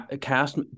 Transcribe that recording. cast